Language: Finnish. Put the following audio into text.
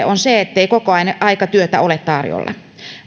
on se ettei kokoaikatyötä ole tarjolla